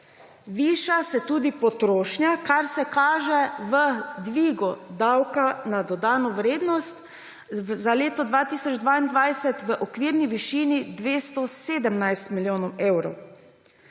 Viša se tudi potrošnja, kar se kaže v dvigu davka na dodano vrednost za leto 2022 v okvirni višini 217 milijonov evrov.